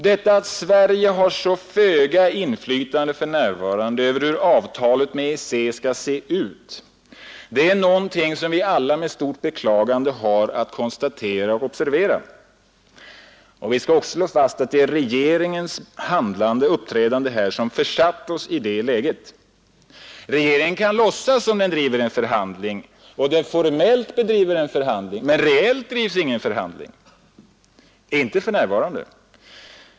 Detta att Sverige för närvarande har så föga inflytande över hur avtalet med EEC skall se ut är någonting som vi alla med stort beklagande har att konstatera och observera. Vi skall också slå fast att det är regeringens handlande som försatt oss i det läget. Regeringen kan låtsas som om den förhandlar och formellt bedriver den en förhandling, men reellt bedrivs ingen förhandling för närvarande.